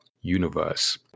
universe